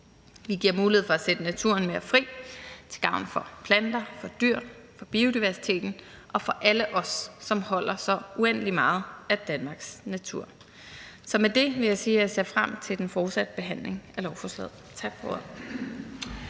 Vi giver mulighed for at sætte naturen mere fri til gavn for planter, for dyr, for biodiversitet og for alle os, som holder så uendelig meget af Danmarks natur. Med det vil jeg sige, at jeg ser frem til den fortsatte behandling af lovforslaget. Tak for